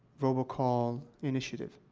robocall initiative.